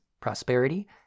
prosperity